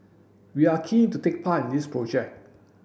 we are keen to take part in this project